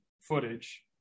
footage